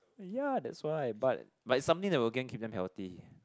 ya that's why but but it's something that will gain keep them healthy